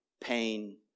pain